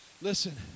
Listen